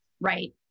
right